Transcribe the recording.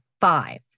five